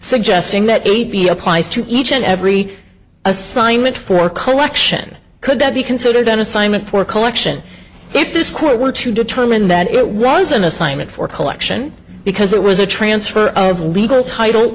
suggesting that eight be applies to each and every assignment for collection could that be considered an assignment for collection if this court were to determine that it was an assignment for collection because it was a transfer of legal title